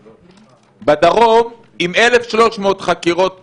בדרום, עם 1,300 חקירות נדרשות,